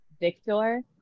Victor